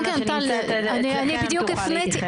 על זה אני מציעה שאילנה שנמצאת כן תוכל להתייחס.